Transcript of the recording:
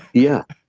yeah.